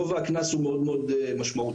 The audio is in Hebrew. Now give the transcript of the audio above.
גובה הקנס הוא מאוד-מאוד משמעותי,